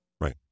Right